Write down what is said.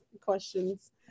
questions